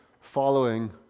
following